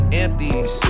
empties